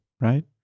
right